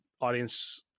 audience